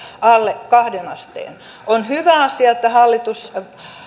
alle kahteen asteen on hyvä asia että hallitus